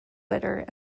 litter